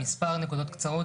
מספר נקודות קצרות,